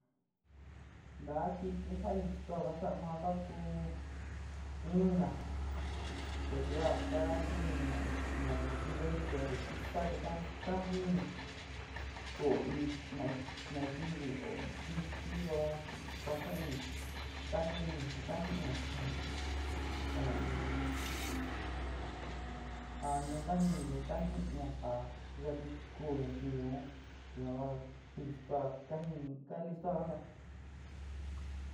Ntaá a kiti ja listoá ka sa ma ja ku ina kuetyua ka jini na in na ñayuvi vaji nte konte jika te ka jiní oó in na ijtna nayivi oó kiti oó kiti kuasuún ini ka jini te ka ji'íña xeen na in janú ka jini te ka ji'íña ja yajtni kuú ñayivi un yuan listoa ka jini ka listoa kaánta.